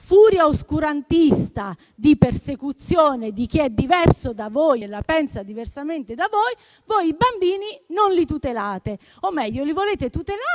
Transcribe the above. furia oscurantista di persecuzione di chi è diverso da voi e la pensa diversamente da voi, voi i bambini non li tutelate. O meglio, li volete tutelare